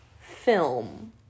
film